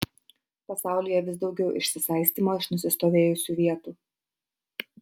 pasaulyje vis daugiau išsisaistymo iš nusistovėjusių vietų